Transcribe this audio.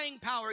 power